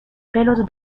pelos